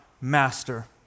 master